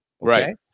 Right